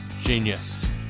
Genius